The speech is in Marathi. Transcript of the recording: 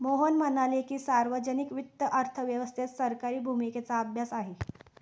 मोहन म्हणाले की, सार्वजनिक वित्त अर्थव्यवस्थेत सरकारी भूमिकेचा अभ्यास आहे